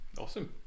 Awesome